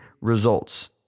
results